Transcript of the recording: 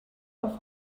auch